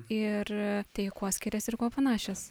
ir tai kuo skiriasi ir kuo panašios